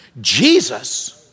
Jesus